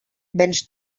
venç